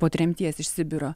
po tremties iš sibiro